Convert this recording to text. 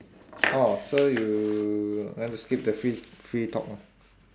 orh so you want to skip the free free talk lah